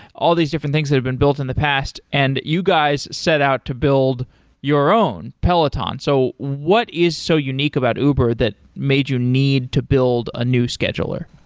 all these different things that have been built in the past, and you guys set out to build your own, peloton. so what is so unique about uber that made you need to build a new scheduler?